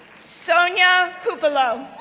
sonia hupalo,